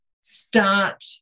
start